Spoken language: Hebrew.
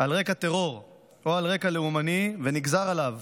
על רקע טרור או על רקע לאומני ונגזר עליו